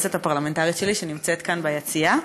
היועצת הפרלמנטרית שלי, שנמצאת כאן ביציע,